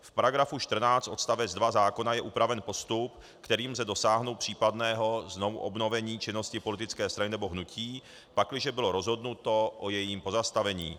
V § 14 odst. 2 zákona je upraven postup, kterým lze dosáhnout případného znovuobnovení činnosti politické strany nebo hnutí, pakliže bylo rozhodnuto o jejím pozastavení.